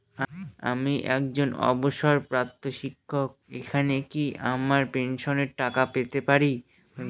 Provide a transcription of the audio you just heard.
আমি একজন অবসরপ্রাপ্ত শিক্ষক এখানে কি আমার পেনশনের টাকা পেতে পারি?